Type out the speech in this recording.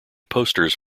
posters